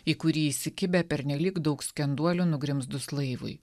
į kurį įsikibę pernelyg daug skenduolių nugrimzdus laivui